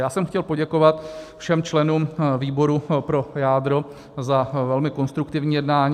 Já jsem chtěl poděkovat všem členům výboru pro jádro za velmi konstruktivní jednání.